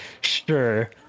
sure